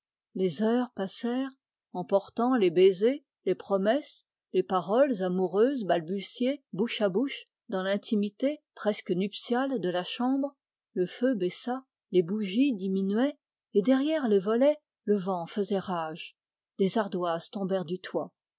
les heures passèrent emportant les baisers les promesses les paroles amoureuses balbutiées bouche à bouche dans l'intimité presque nuptiale de la chambre le feu baissa les bougies diminuaient derrière les volets le vent faisait rage des ardoises tombèrent du toit